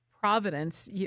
providence